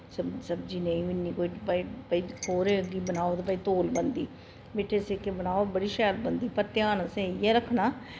स सब्जी नेईं बी इन्नी कोई भाई भाई खोरे अग्गी बनाओ ते भाई तौली बनदी मिट्ठे सेके बनाओ ते शैल बनदी पर ध्यान असें इ'यै रक्खना